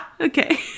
Okay